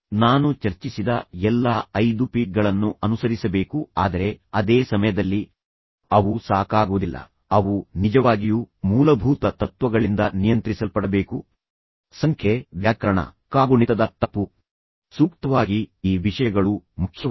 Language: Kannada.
ನಾನು ಚರ್ಚಿಸಿದ ಎಲ್ಲಾ ಐದು ಪಿ ಗಳನ್ನು ಅನುಸರಿಸಬೇಕು ಆದರೆ ಅದೇ ಸಮಯದಲ್ಲಿ ಅವು ಸಾಕಾಗುವುದಿಲ್ಲ ಅವು ನಿಜವಾಗಿಯೂ ಮೂಲಭೂತ ತತ್ವಗಳಿಂದ ನಿಯಂತ್ರಿಸಲ್ಪಡಬೇಕು ಸಂಖ್ಯೆ ವ್ಯಾಕರಣ ಕಾಗುಣಿತದ ತಪ್ಪು ಸೂಕ್ತವಾಗಿ ಈ ವಿಷಯಗಳು ಮುಖ್ಯವಾಗುತ್ತವೆ